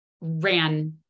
ran